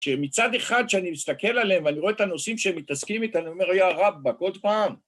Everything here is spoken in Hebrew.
שמצד אחד שאני מסתכל עליהם ואני רואה את הנושאים שהם מתעסקים איתנו ואומר, יא רבק, כל פעם.